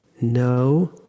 No